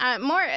More